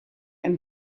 and